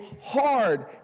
hard